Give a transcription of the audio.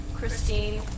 Christine